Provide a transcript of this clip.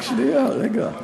רק שנייה, רגע.